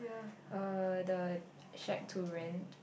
uh the Shack to Rent